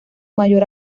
mayor